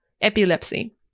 epilepsy